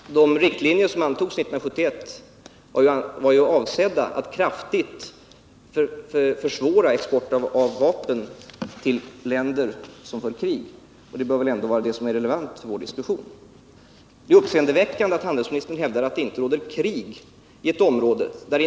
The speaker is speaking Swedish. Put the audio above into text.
Herr talman! De riktlinjer som antogs 1971 var avsedda att kraftigt försvåra export av vapen till länder som för krig. Det bör väl ändå vara det som är relevant för vår diskussion. / Det är uppseendeväckande att handelsministern hävdar att det inte råder krig på Timor.